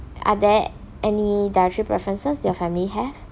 are there any dietary preferences your family have